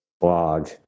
blog